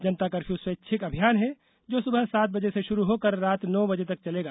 जनता curfew स्वैच्छिक अभियान है जो सुबह सात बजे से शुरू होकर रात नौ बजे तक चलेगा